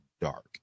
dark